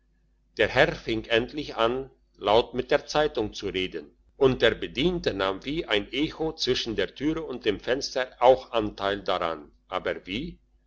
der herr fing endlich an laut mit der zeitung zu reden und der bediente nahm wie ein echo zwischen der türe und dem fenster auch anteil daran aber wie